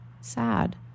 sad